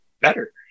better